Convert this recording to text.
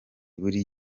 buri